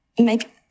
make